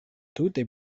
tute